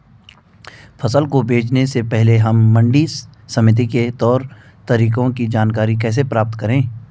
फसल को बेचने से पहले हम मंडी समिति के तौर तरीकों की जानकारी कैसे प्राप्त करें?